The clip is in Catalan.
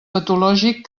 patològic